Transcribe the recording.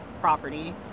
property